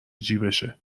جیبشه